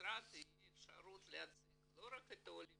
למשרד תהיה אפשרות להציג לא רק את העולים